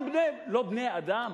הם לא בני-אדם,